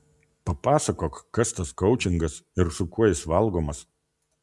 papasakok kas tas koučingas ir su kuo jis valgomas